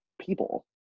people